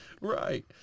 Right